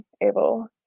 able